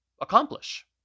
accomplish